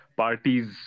parties